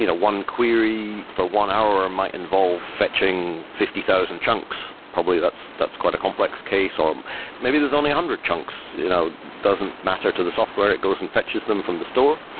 you know one query for one hour might involve fetching fifty thousand chunks. probably that's that's quite a complex case, or maybe there's only a hundred chunks. it you know doesn't matter to the software. it goes and fetches them from the store.